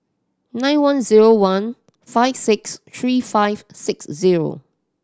nine one zero one five six three five six zero